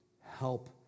Help